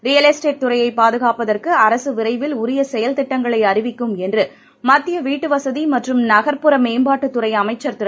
real estate துறையை பாதுகாப்பதற்கு அரசு விரைவில் உரிய செயல் திட்டங்களை அறிவிக்கும் என்று மத்திய வீட்டு வசதி மற்றும் நகர்ப் புற மேம்பாட்டுத் துறை அமைச்சர் திரு